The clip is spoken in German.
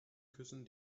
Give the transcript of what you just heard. küssen